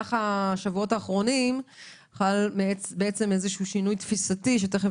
במהלך השבועות האחרונים חל שינוי תפיסתי שתכף